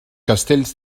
castells